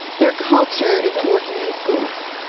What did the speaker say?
their culture isn't working in schools,